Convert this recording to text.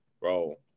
bro